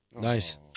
nice